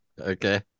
Okay